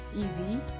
easy